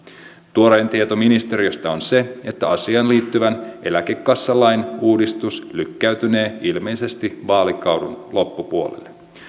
tuorein tieto ministeriöstä on se että asiaan liittyvän eläkekassalain uudistus lykkäytynee ilmeisesti vaalikauden loppupuolelle